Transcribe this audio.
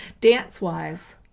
Dance-wise